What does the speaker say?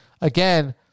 Again